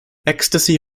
ecstasy